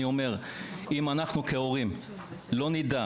אני אומר שאם אנחנו כהורים לא נדע